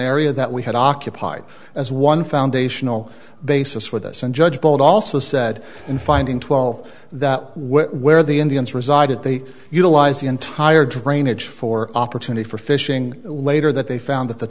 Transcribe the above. area that we had occupied as one foundational basis for this and judge bold also said in finding twelve that where the indians resided they utilise the entire drainage for opportunity for fishing later that they found that the